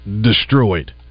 destroyed